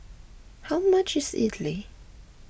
how much is Idly